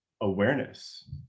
awareness